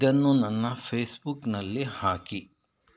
ಇದನ್ನು ನನ್ನ ಫೇಸ್ಬುಕ್ನಲ್ಲಿ ಹಾಕಿ